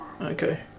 Okay